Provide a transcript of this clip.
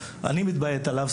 אני מתביית עליו,